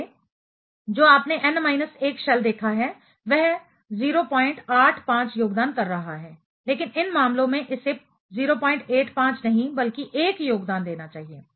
पहले जो आपने n माइनस 1 शेल देखा है वह 085 योगदान कर रहा है लेकिन इन मामलों में इसे 085 नहीं बल्कि 1 योगदान देना चाहिए